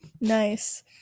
Nice